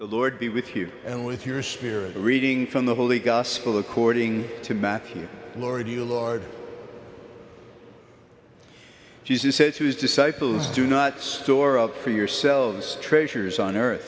the lord be with you and with your spirit reading from the holy gospel according to matthew lord you lord she said to his disciples do not store up for yourselves treasures on earth